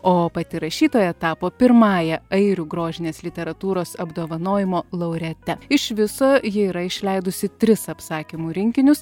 o pati rašytoja tapo pirmąja airių grožinės literatūros apdovanojimo laureate iš viso ji yra išleidusi tris apsakymų rinkinius